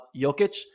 Jokic